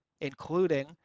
Including